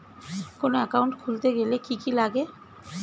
কোন একাউন্ট খুলতে গেলে কি কি লাগে?